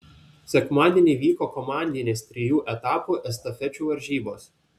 sekmadienį vyko komandinės trijų etapų estafečių varžybos